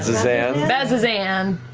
so yeah bazzoxan!